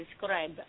describe